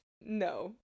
no